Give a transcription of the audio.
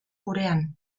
gurean